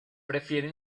prefiere